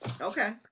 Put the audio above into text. Okay